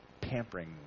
pampering